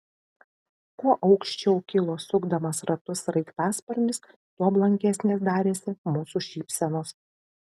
kuo aukščiau kilo sukdamas ratus sraigtasparnis tuo blankesnės darėsi mūsų šypsenos